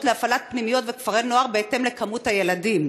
להפעלת פנימיות וכפרי נוער בהתאם למספר הילדים.